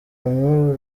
n’ubu